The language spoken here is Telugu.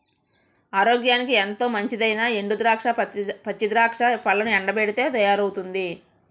ఆరోగ్యానికి ఎంతో మంచిదైనా ఎండు ద్రాక్ష, పచ్చి ద్రాక్ష పళ్లను ఎండబెట్టితే తయారవుతుంది